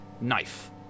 knife